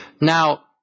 Now